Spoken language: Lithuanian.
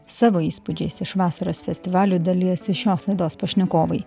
savo įspūdžiais iš vasaros festivalių dalijosi šios laidos pašnekovai